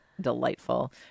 delightful